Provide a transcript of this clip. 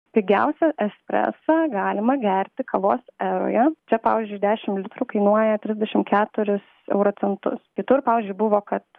pigiausią espresą galima gerti kavos eroje čia pavyzdžiui už dešim mililitrų kainuoja trisdešim keturis euro centus kitur pavyzdžiui buvo kad